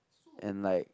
and like